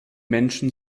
menschen